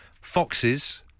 Foxes